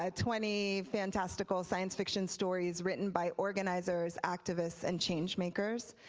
ah twenty fantastical science fiction stories written by organizers, activists, and change makers.